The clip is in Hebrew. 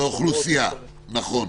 באוכלוסייה, נכון.